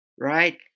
right